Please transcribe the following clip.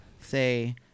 say